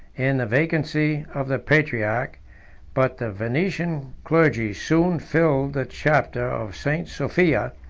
in the vacancy of the patriarch but the venetian clergy soon filled the chapter of st. sophia,